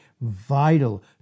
vital